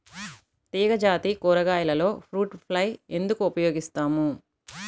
తీగజాతి కూరగాయలలో fruit fly ఎందుకు ఉపయోగిస్తాము?